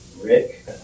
Rick